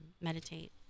meditate